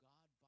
God